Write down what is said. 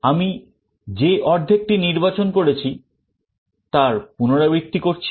আমি যে অর্ধেকটি নির্বাচন করেছি তার পুনরাবৃত্তি করছি